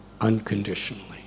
unconditionally